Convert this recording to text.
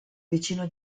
vicino